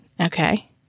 Okay